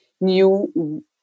new